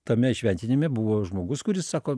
tame įšventinime buvo žmogus kuris sako